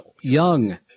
young